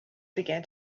began